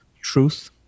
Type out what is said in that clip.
truth